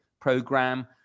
program